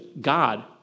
God